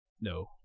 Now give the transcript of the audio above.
No